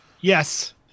Yes